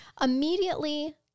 immediately